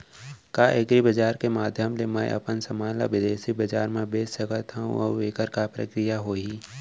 का एग्रीबजार के माधयम ले मैं अपन समान ला बिदेसी बजार मा बेच सकत हव अऊ एखर का प्रक्रिया होही?